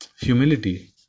humility